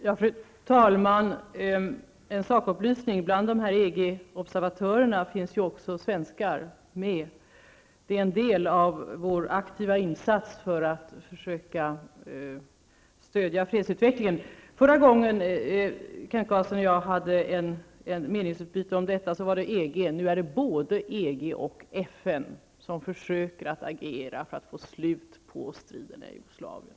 Fru talman! Jag har en sakupplysning. Bland EG observatörerna finns också svenskar med. Det är en del av vår aktiva insats för att försöka stödja fredsutvecklingen. Förra gången Kent Carlsson och jag hade ett meningsutbyte gällde det EG. Nu är det både EG och FN som försöker att agera för att få slut på striderna i Jugoslavien.